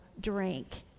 drink